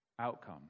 Outcome